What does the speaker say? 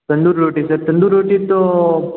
तंदूरी रोटी सर तंदूरी रोटी तो